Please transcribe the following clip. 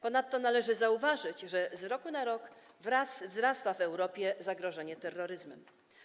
Ponadto należy zauważyć, że z roku na rok wzrasta w Europie zagrożenie terroryzmem.